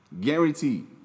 Guaranteed